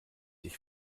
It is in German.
ich